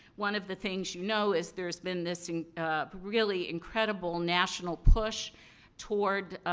one of the things you know, is there's been this really, incredible national push toward,